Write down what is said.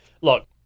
look